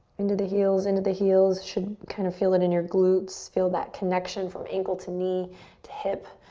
into the heels, into the heels should kind of feel it in your glutes. feel that connection from ankle to knee to hip.